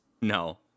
No